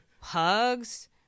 hugs